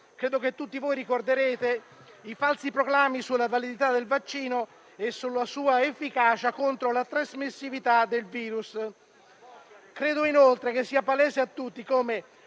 credo che tutti voi ricorderete i falsi proclami sulla validità del vaccino e sulla sua efficacia contro la trasmissività del virus. Credo inoltre che sia palese a tutti come